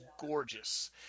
gorgeous